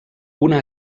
una